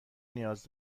نیاز